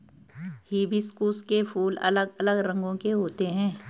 hibiscus के फूल अलग अलग रंगो के होते है